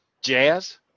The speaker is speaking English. jazz